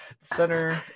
center